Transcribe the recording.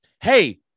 Hey